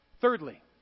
Thirdly